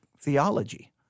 theology